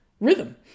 rhythm